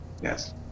yes